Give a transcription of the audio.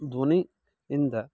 ಧ್ವನಿ ಇಂದ